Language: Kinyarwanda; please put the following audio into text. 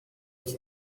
iki